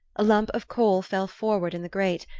a lump of coal fell forward in the grate,